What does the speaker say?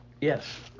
Yes